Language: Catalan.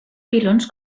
pilons